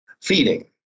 feeding